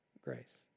Grace